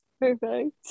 perfect